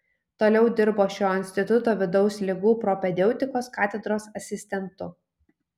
toliau dirbo šio instituto vidaus ligų propedeutikos katedros asistentu